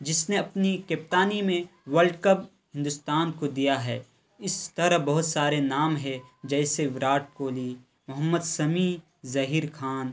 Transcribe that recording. جس نے اپنی کپتانی میں ورلڈ کپ ہندوستان کو دیا ہے اس طرح بہت سارے نام ہے جیسے وراٹ کوہلی محمد سمیع ظہیر خان